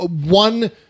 one